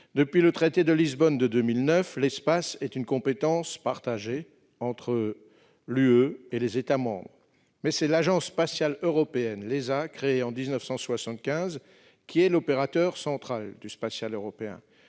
Depuis le traité de Lisbonne, de 2009, l'espace est une compétence partagée entre l'Union européenne et les États membres. Mais c'est l'Agence spatiale européenne, l'ESA, créée en 1975, qui est l'opérateur central du spatial européen.